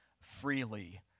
freely